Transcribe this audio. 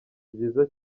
byiza